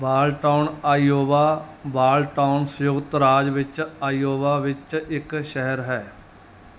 Balltown Iowa Balltown ਸੰਯੁਕਤ ਰਾਜ ਵਿੱਚ ਆਇਓਵਾ ਵਿੱਚ ਇੱਕ ਸ਼ਹਿਰ ਹੈ